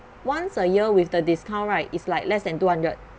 once a year with the discount right is like less than two hundred